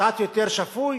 קצת יותר שפוי,